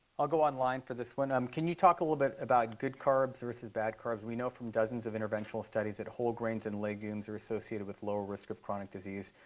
i'll go online for this one. um can you talk a little bit about good carbs versus bad carbs? we know from dozens of interventional studies whole grains and legumes are associated with lower risk of chronic disease.